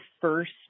first